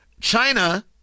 China